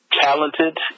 talented